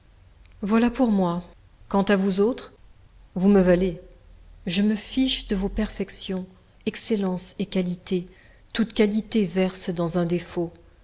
voilà pour moi quant à vous autres vous me valez je me fiche de vos perfections excellences et qualités toute qualité verse dans un défaut